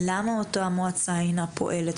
למה אותה מועצה אינה פועלת,